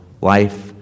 life